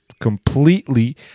completely